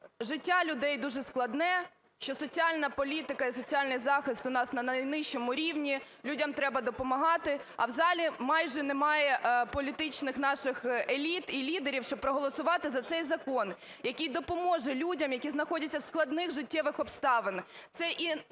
життя людей дуже складне, що соціальна політика і соціальний захист у нас на найнижчому рівні, людям треба допомагати, а в залі майже немає політичних наших еліт і лідерів, щоб проголосувати за цей закон, який допоможе людям, які знаходяться в складних життєвих обставинах.